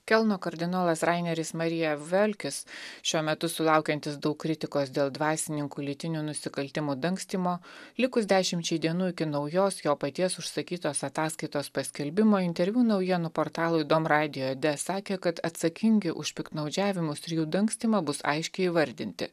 kelno kardinolas raineris marija velkis šiuo metu sulaukiantis daug kritikos dėl dvasininkų lytinių nusikaltimų dangstymo likus dešimčiai dienų iki naujos jo paties užsakytos ataskaitos paskelbimo interviu naujienų portalui dom radio de sakė kad atsakingi už piktnaudžiavimus ir jų dangstymą bus aiškiai įvardinti